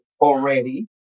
already